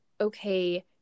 okay